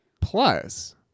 plus